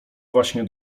właśnie